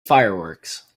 fireworks